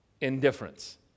indifference